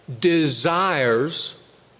desires